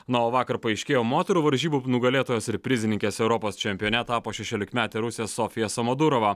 na o vakar paaiškėjo moterų varžybų nugalėtojos ir prizininkės europos čempione tapo šešiolikmetė rusė sofija samadurova